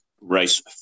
race